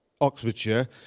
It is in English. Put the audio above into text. Oxfordshire